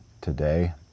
today